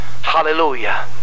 Hallelujah